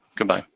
goodbye.